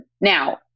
Now